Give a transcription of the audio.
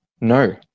No